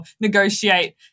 negotiate